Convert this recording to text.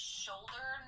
shoulder